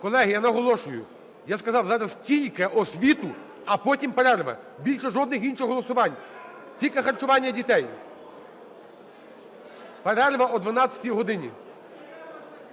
Колеги, я наголошую, я сказав, зараз тільки освіту, а потім перерва, більше жодних інших голосувань, тільки харчування дітей. Перерва о 12 годині.